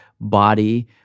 body